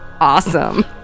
awesome